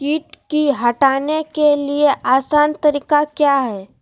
किट की हटाने के ली आसान तरीका क्या है?